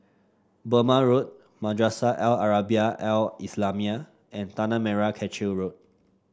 Burmah Road Madrasah Al Arabiah Al Islamiah and Tanah Merah Kechil Road